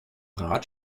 rat